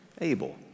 Abel